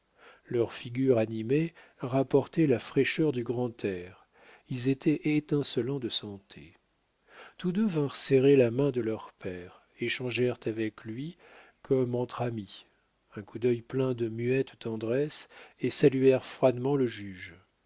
leur figure animée rapportait la fraîcheur du grand air ils étaient étincelants de santé tous deux vinrent serrer la main de leur père échangèrent avec lui comme entre amis un coup d'œil plein de muette tendresse et saluèrent froidement le juge